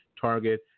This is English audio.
target